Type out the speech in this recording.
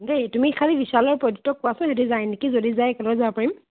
দেই তুমি খালী বিছাল আৰু প্ৰদ্যুৎক কোৱাচোন সিহঁতি যায় নেকি যদি যায় একেলগে যাব পাৰিম